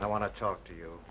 i want to talk to you